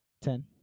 Ten